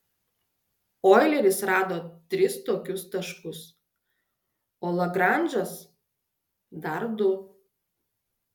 oileris rado tris tokius taškus o lagranžas dar du